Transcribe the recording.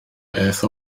beth